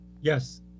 Yes